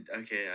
okay